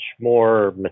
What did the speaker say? more